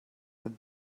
that